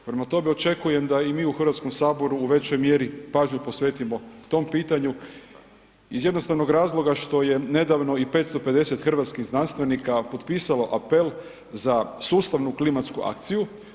Prema tome očekujem da i mi u Hrvatskom saboru u većoj mjeri pažnju posvetimo tom pitanju iz jednostavnog razloga što je nedavno i 550 hrvatskih znanstvenika potpisalo apel za sustavnu klimatsku akciju.